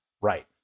Right